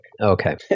Okay